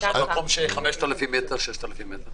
ומה עם מקום עם 5,000 או 6,000 מטרים?